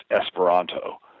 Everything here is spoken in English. Esperanto